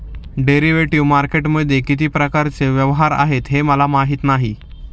derivative मार्केटमध्ये किती प्रकारचे व्यवहार आहेत हे मला माहीत नाही